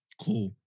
Cool